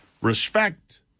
Respect